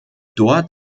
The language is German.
dort